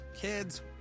Kids